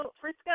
Frisco